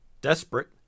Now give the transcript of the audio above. Desperate